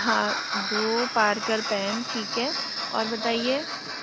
हाँ दो Parker pen ठीक है और बताइए